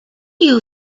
you